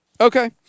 Okay